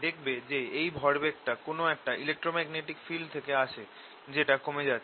দেখবে যে এই ভরবেগটা কোন একটা ইলেক্ট্রোম্যাগনেটিক ফিল্ড থেকে আসে যেটা কমে যাচ্ছে